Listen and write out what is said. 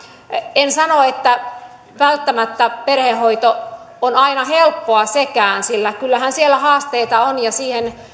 en sano että välttämättä perhehoito on aina helppoa sekään sillä kyllähän siellä haasteita on ja siihen